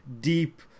deep